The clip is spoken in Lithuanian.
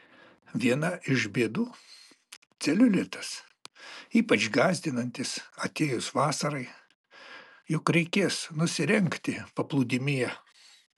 viena iš bėdų celiulitas ypač gąsdinantis atėjus vasarai juk reikės nusirengti paplūdimyje